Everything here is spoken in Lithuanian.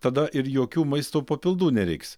tada ir jokių maisto papildų nereiks